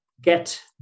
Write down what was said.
get